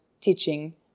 teaching